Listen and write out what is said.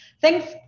thanks